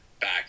back